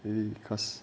the cause